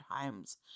times